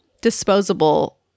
disposable